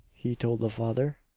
he told the father,